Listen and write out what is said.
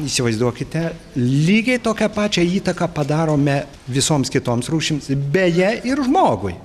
įsivaizduokite lygiai tokią pačią įtaką padarome visoms kitoms rūšims beje ir žmogui